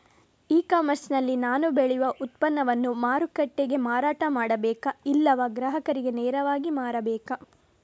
E commerce ನಲ್ಲಿ ನಾನು ಬೆಳೆ ಉತ್ಪನ್ನವನ್ನು ಮಾರುಕಟ್ಟೆಗೆ ಮಾರಾಟ ಮಾಡಬೇಕಾ ಇಲ್ಲವಾ ಗ್ರಾಹಕರಿಗೆ ನೇರವಾಗಿ ಮಾರಬೇಕಾ?